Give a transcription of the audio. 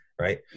right